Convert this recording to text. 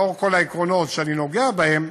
לאור כל העקרונות שאני נוגע בהם,